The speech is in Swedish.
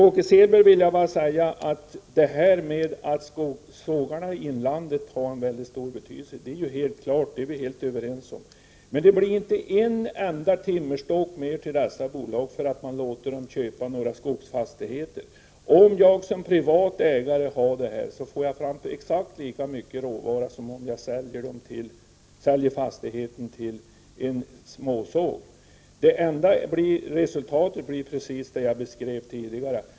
Åke Selberg, det är helt klart att sågarna i inlandet har en stor betydelse. Det är vi helt överens om. Men det blir inte en enda timmerstock mer till dessa bolag för att man låter dem köpa några skogsfastigheter. Som privat ägare får jag fram exakt lika mycket råvara som om jag säljer fastigheten till en småsåg. Resultatet blir precis det jag beskrev tidigare.